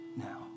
now